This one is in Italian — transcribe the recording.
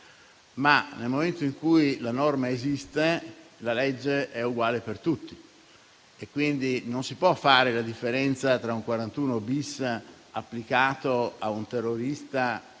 ma, nel momento in cui la norma esiste, la legge è uguale per tutti. Quindi non si può fare la differenza tra un 41-*bis* applicato a un terrorista